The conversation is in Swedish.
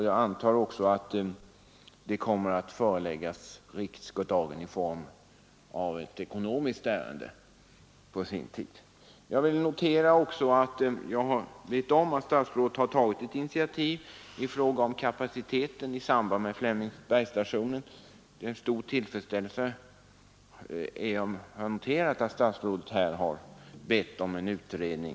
Jag antar att dessa frågor också kommer att föreläggas riksdagen i form av ett ekonomiskt ärende i sinom tid. Jag vet att statsrådet tagit intitiativ när det gäller kapaciteten i samband med Flemingsbergsstationen, och det är med stor tillfredsställelse jag noterar att statsrådet beställt denna utredning.